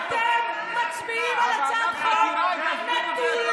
איך אתם מצביעים על הצעת חוק מטורללת,